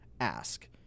ask